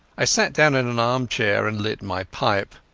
i sat down in an armchair and lit my pipe.